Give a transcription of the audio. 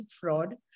fraud